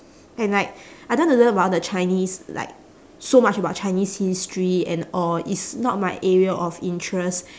and like I don't want to learn about the chinese like so much about chinese history and all it's not my area of interest